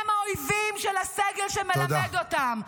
הם האויבים של הסגל שמלמד אותם.